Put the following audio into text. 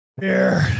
Beer